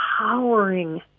empowering